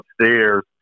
upstairs